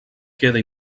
queda